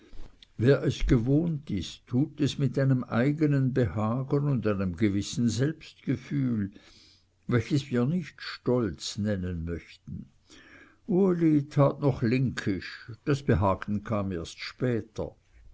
wer es gewohnt ist tut es mit einem eigenen behagen und einem gewissen selbstgefühl welches wir nicht stolz nennen möchten uli tat noch linkisch das behagen kam erst später